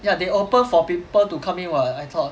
yeah they open for people to come in [what] I thought